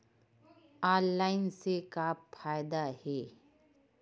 Online से का फ़ायदा हे?